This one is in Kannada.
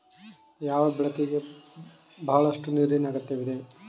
ಯಾವ ಬೆಳೆಗೆ ಬಹಳಷ್ಟು ನೀರಿನ ಅಗತ್ಯವಿದೆ?